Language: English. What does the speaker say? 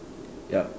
yup